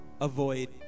avoid